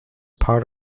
part